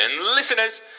listeners